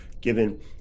given